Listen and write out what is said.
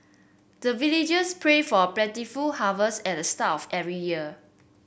the villagers pray for plentiful harvest at the start of every year